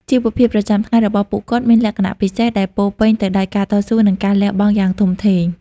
ជីវភាពប្រចាំថ្ងៃរបស់ពួកគាត់មានលក្ខណៈពិសេស ដែលពោរពេញទៅដោយការតស៊ូ និងការលះបង់យ៉ាងធំធេង។